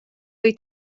wyt